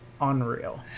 unreal